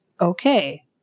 Okay